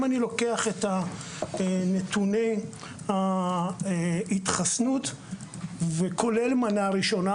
אם אני לוקח את נתוני ההתחסנות וכולל מנה ראשונה,